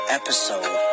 episode